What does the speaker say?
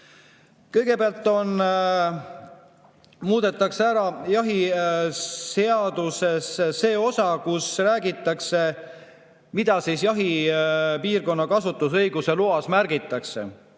Kõigepealt muudetakse jahiseaduses osa, kus räägitakse, mida jahipiirkonna kasutusõiguse loas märgitakse.